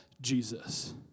Jesus